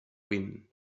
vint